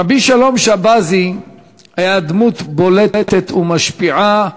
רבי שלום שבזי היה דמות בולטת ומשפיעה.